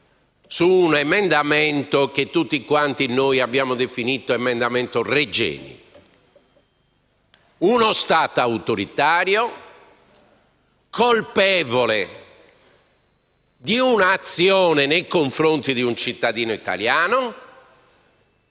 su un emendamento che tutti abbiamo definito emendamento Regeni. Uno Stato autoritario, colpevole di un'azione nei confronti di un cittadino italiano,